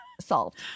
Solved